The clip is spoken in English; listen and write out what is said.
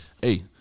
Hey